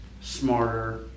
smarter